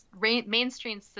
mainstream